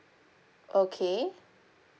okay